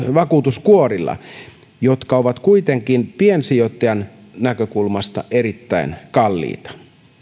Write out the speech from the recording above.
vakuutuskuorilla jotka ovat kuitenkin piensijoittajan näkökulmasta erittäin kalliita